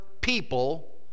people